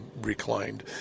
reclined